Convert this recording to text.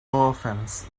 offense